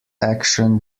action